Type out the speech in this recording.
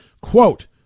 Quote